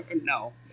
No